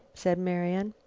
said marian.